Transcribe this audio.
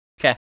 Okay